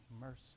mercy